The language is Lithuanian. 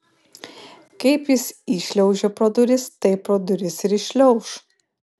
kaip jis įšliaužė pro duris taip pro duris ir iššliauš